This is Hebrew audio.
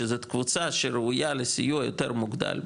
שזאת קבוצה שראויה לסיוע יותר מוגדל.